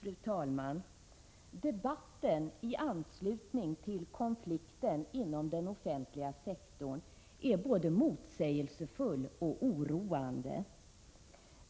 Fru talman! Debatten i anslutning till konflikten inom den offentliga sektorn är både motsägelsefull och oroande.